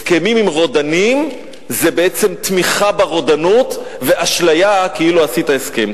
הסכמים עם רודנים זה בעצם תמיכה ברודנות ואשליה כאילו עשית הסכם.